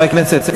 חברי הכנסת,